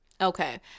Okay